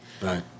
Right